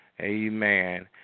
Amen